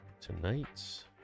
tonight's